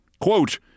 Quote